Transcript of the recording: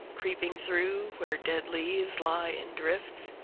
creeping through where dead leaves lie in drifts,